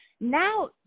Now